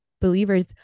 believers